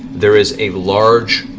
there is a large,